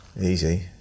Easy